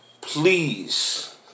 Please